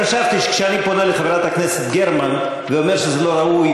חשבתי שכשאני פונה לחברת הכנסת גרמן ואומר שזה לא ראוי,